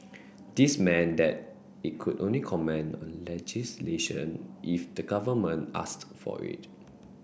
this meant that it could only comment on legislation if the government asked for it